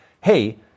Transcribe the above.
hey